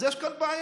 אז יש כאן בעיה.